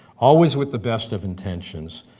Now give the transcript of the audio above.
always with the best of intentions,